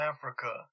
Africa